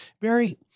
Barry